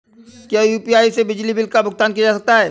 क्या यू.पी.आई से बिजली बिल का भुगतान किया जा सकता है?